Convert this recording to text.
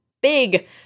big